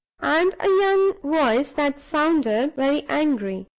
and a young voice that sounded very angry.